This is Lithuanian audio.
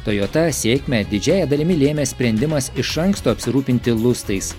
toyota sėkmę didžiąja dalimi lėmė sprendimas iš anksto apsirūpinti lustais